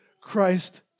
Christ